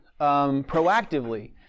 proactively